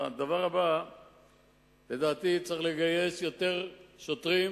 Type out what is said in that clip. הדבר הבא, לדעתי, צריך לגייס יותר שוטרים,